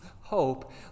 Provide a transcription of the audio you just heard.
Hope